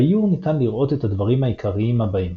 באיור ניתן לראות את הדברים העיקריים הבאים